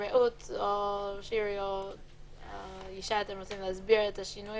התשנ"ז 1996‏; אתם רוצים להסביר את השינוי